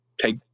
take